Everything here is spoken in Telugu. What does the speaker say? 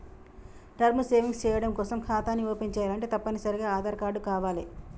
టర్మ్ సేవింగ్స్ చెయ్యడం కోసం ఖాతాని ఓపెన్ చేయాలంటే తప్పనిసరిగా ఆదార్ కార్డు కావాలే